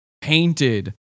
painted